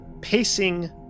pacing